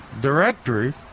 directory